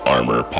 Armor